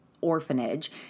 orphanage